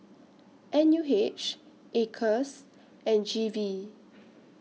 N U H Acres and G V